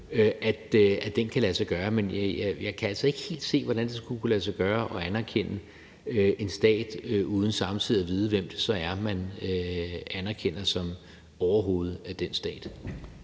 årtier, kan lade sig gøre. Men jeg kan altså ikke helt se, hvordan det skulle kunne lade sig gøre at anerkende en stat uden samtidig at vide, hvem det så er, man anerkender som overhoved af den stat.